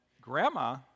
grandma